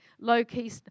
low-key